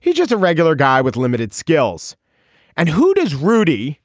he's just a regular guy with limited skills and who does rudy